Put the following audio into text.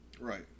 Right